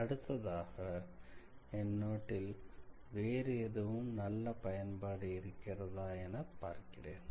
அடுத்ததாக என் நோட்டில் வேறு எதுவும் நல்ல பயன்பாடு இருக்கிறதா என பார்க்கிறேன்